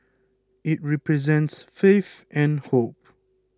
it represents faith and hope